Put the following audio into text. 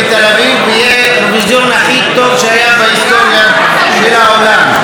ויהיה אירוויזיון הכי טוב שהיה בהיסטוריה של העולם.